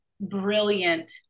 brilliant